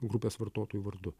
grupės vartotojų vardu